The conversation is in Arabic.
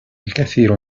الكثير